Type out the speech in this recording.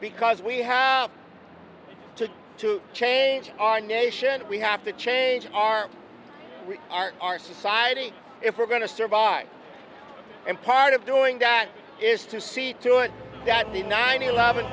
because we have to to change our nation we have to change our our our society if we're going to survive and part of doing that is to see to it that the nine eleven